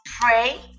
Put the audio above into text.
pray